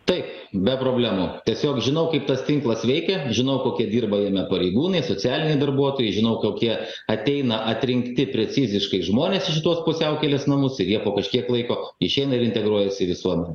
tai be problemų tiesiog žinau kaip tas tinklas veikia žinau kokia dirba jame pareigūnai socialiniai darbuotojai žino kokie ateina atrinkti preciziškai žmones išduos pusiaukelės namus ir jie po kažkiek laiko išeina ir integruojasi į visuomenę